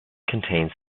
contains